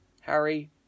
Harry